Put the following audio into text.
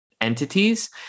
entities